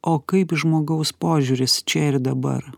o kaip žmogaus požiūris čia ir dabar